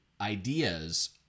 ideas